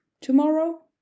tomorrow